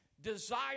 desire